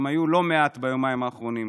והיו לא מעט ביומיים האחרונים.